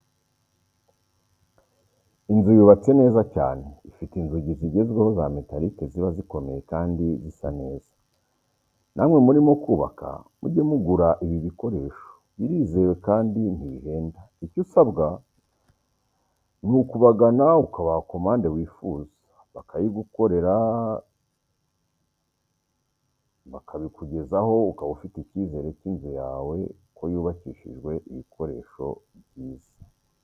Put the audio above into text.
Inzu yubatse neza cyane ifite inzugi zigezweho za metarike ziba zikomeye kandi zisa neza, namwe murimo kubaka mujye mugura ibi bikoresho, birizewe kandi ntibihenda, icyo usabwa ni ukubagana ukabaha komande wifuza, bakayigukorera bikabikugezaho ukaba ufite icyizere cy'inzu yawe ko yubakishjwe bikoresho byiza.